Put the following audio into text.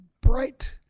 bright